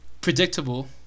predictable